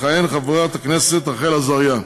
תכהן חברת הכנסת רחל עזריה,